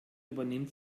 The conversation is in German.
übernimmt